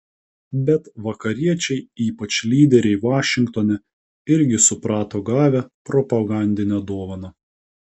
bet vakariečiai ypač lyderiai vašingtone irgi suprato gavę propagandinę dovaną